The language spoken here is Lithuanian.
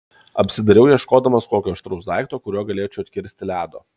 apsidairiau ieškodamas kokio aštraus daikto kuriuo galėčiau atkirsti ledo